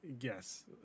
yes